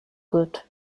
gut